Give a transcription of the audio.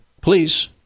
Please